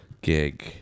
gig